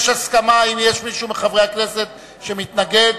האם מישהו מחברי הכנסת מתנגד?